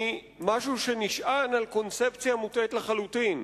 היא משהו שנשען על קונספציה מוטעית לחלוטין.